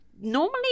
normally